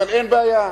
אין בעיה,